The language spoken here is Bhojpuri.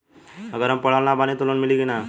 अगर हम पढ़ल ना बानी त लोन मिली कि ना?